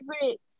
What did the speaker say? favorite